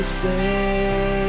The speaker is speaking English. say